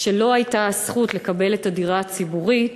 שלו הייתה הזכות לקבל את הדירה הציבורית,